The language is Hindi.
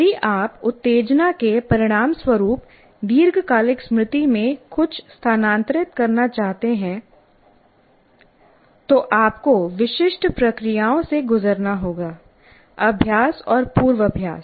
यदि आप उत्तेजना के परिणामस्वरूप दीर्घकालिक स्मृति में कुछ स्थानांतरित करना चाहते हैं तो आपको विशिष्ट प्रक्रियाओं से गुजरना होगा अभ्यास और पूर्वाभ्यास